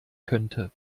könnte